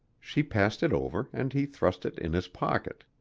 she passed it over and he thrust it in his pocket.